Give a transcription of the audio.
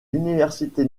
université